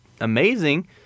amazing